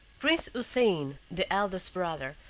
prince houssain, the eldest brother,